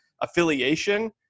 affiliation